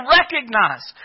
recognize